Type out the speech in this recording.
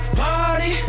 party